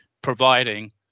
providing –